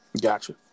Gotcha